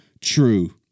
true